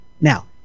Now